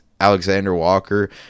Alexander-Walker